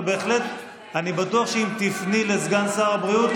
אבל בהחלט אני בטוח שאם תפני לסגן שר הבריאות,